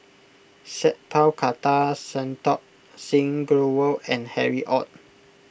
Sat Pal Khattar Santokh Singh Grewal and Harry Ord